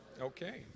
Okay